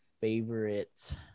favorite